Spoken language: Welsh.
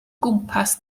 gwmpas